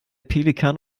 pelikan